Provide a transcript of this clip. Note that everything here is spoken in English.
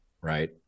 right